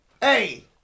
Hey